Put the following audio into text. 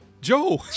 Joe